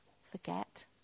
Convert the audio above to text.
forget